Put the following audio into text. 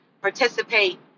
participate